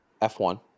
f1